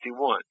51